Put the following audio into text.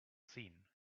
seen